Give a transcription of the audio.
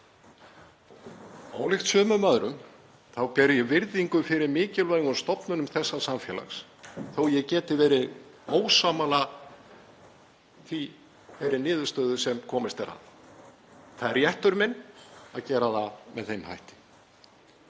Ólíkt sumum öðrum þá ber ég virðingu fyrir mikilvægum stofnunum þessa samfélags þótt ég geti verið ósammála þeirri niðurstöðu sem komist er að. Það er réttur minn að gera það með þeim hætti.